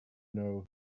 know